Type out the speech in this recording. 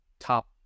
top